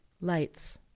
Lights